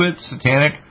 satanic